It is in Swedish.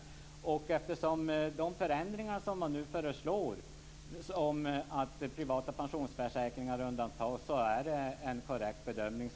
Bo Könbergs bedömning är korrekt i att bland de förändringar som föreslås finns att privata pensionsförsäkringar undantas.